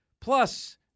Plus